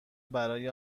برای